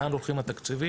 לאן הולכים התקציבים.